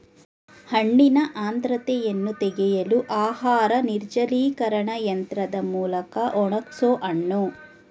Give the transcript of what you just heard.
ಹಣ್ಣಿನ ಆರ್ದ್ರತೆಯನ್ನು ತೆಗೆಯಲು ಆಹಾರ ನಿರ್ಜಲೀಕರಣ ಯಂತ್ರದ್ ಮೂಲ್ಕ ಒಣಗ್ಸೋಹಣ್ಣು